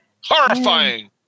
Horrifying